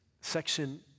section